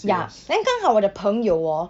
ya then 刚好我的朋友 hor